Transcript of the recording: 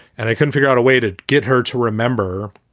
and i couldn't figure out a way to get her to remember.